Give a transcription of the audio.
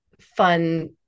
fun